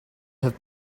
have